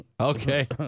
okay